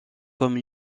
comme